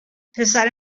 پسر